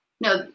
no